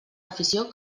afició